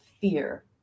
fear